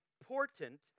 important